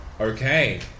Okay